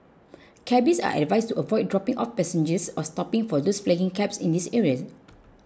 cabbies are advised to avoid dropping off passengers or stopping for those flagging cabs in these areas